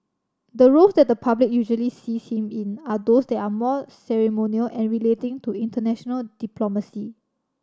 the roles that the public usually sees him in are those that are more ceremonial and relating to international diplomacy